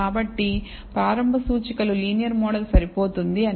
కాబట్టి ప్రారంభ సూచికలు లీనియర్ మోడల్ సరిపోతుంది అని